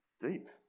Deep